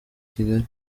kigali